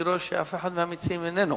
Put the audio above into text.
אני לא רואה שמישהו מהמציעים נמצא כאן.